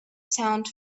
sound